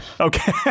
Okay